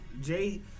Jay